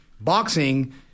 boxing